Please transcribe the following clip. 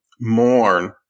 mourn